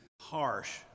harsh